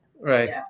Right